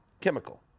chemical